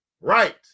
right